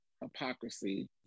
hypocrisy